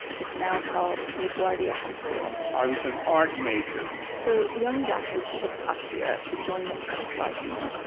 it's now called laguardia high school i was an art major so young jack is shipped off to europe to join the camouflage unit,